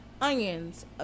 onions